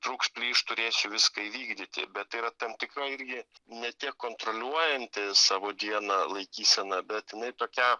trūks plyš turėsiu viską įvykdyti bet tai yra tam tikra irgi ne tiek kontroliuojanti savo dieną laikysena bet jinai tokia